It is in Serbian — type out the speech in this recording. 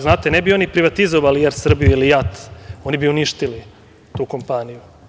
Znate, ne bi oni privatizovali „Er Srbiju“ ili JAT, oni bi uništili tu kompaniju.